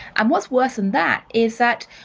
and what's worse than that is that,